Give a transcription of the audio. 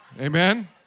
Amen